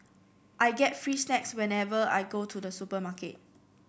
I get free snacks whenever I go to the supermarket